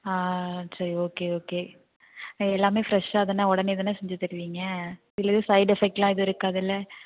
ஆ ஆ சரி okay okay எல்லாவுமே ஃப்ரெஷ்ஷாக தானே உடனே தானே செஞ்சு தருவிங்க இதில் எதுவும் சைடு எஃபெக்ட் எல்லாம் எதுவும் இருக்காதுல்ல